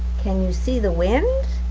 can you see the wind?